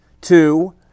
two